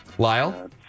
Lyle